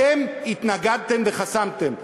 אתם התנגדתם וחסמתם.